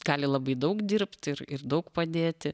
gali labai daug dirbt ir ir daug padėti